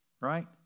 right